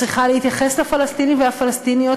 שהיא צריכה להתייחס לפלסטינים ולפלסטיניות